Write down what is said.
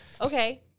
Okay